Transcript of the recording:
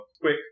quick